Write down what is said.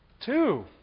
Two